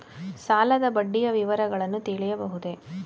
ಸಾಲದ ಬಡ್ಡಿಯ ವಿವರಗಳನ್ನು ತಿಳಿಯಬಹುದೇ?